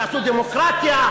תעשו דמוקרטיה,